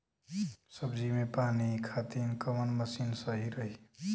सब्जी में पानी खातिन कवन मशीन सही रही?